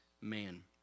man